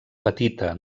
petita